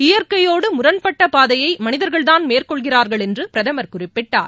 இயற்கையோடுமுரண்பட்டபாதையைமனிதர்கள்தான் மேற்கொள்கிறார்கள் என்றுபிரதமர் குறிப்பிட்டார்